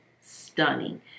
stunning